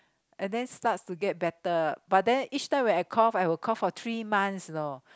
and then starts to get better but then each time when I cough I will cough for three months you know